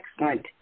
Excellent